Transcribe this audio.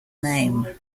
name